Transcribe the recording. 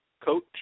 Coach